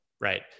right